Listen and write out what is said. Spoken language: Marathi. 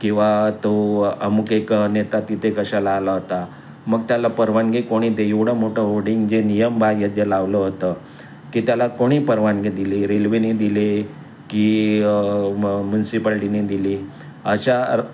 किंवा तो अमूक एक नेता तिथे कशा आला होता मग त्याला परवानगी कोणी दे एवढं मोठं होडींग जे नियम बाह्य जे लावलं होतं की त्याला कोणी परवानगी दिली रेल्वेने दिले की म्युन्सिपालिटीने दिली अशा